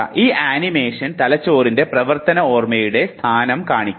ഈ ആനിമേഷൻ തലച്ചോറിലെ പ്രവർത്തന ഓർമ്മയുടെ സ്ഥാനം കാണിക്കുന്നു